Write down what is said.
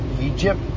Egypt